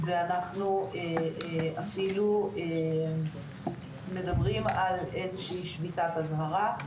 ואנחנו אפילו מדברים על איזו שהיא שביתת אזהרה.